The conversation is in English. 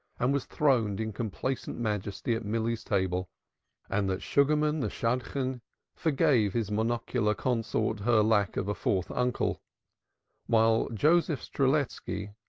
and was throned in complacent majesty at milly's table and that sugarman the shadchan forgave his monocular consort her lack of a fourth uncle while joseph strelitski,